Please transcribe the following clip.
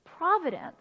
providence